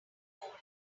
goal